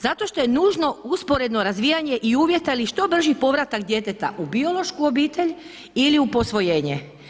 Zato što je nužno usporedno razvijanje i uvjeta ali i što brži povratak djeteta u biološku obitelj ili u posvojenje.